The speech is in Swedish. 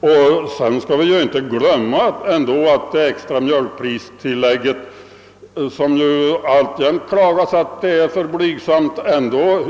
Vidare bör vi inte glömma att det utgår ett extra mjölkpristillägg som — trots klagomål över att det är alltför blygsamt — ändå